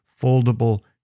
foldable